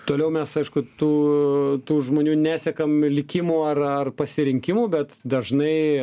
toliau mes aišku tu tų žmonių nesekam likimų ar ar pasirinkimų bet dažnai